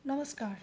नमस्कार